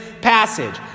passage